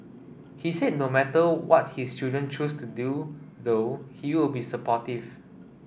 he said no matter what his children choose to do though he'll be supportive